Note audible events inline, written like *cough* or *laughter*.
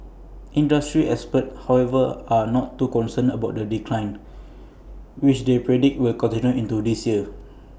industry experts however are not too concerned about the decline which they predict will continue into this year *noise*